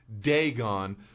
Dagon